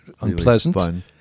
unpleasant